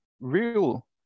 real